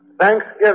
Thanksgiving